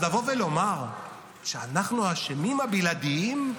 אז לבוא ולומר שאנחנו האשמים הבלעדיים?